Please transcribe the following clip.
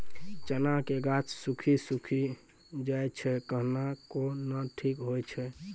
चना के गाछ सुखी सुखी जाए छै कहना को ना ठीक हो छै?